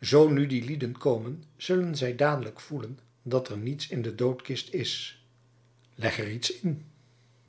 zoo nu de lieden komen zullen zij dadelijk voelen dat er niets in de doodkist is leg er iets in